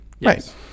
right